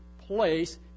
place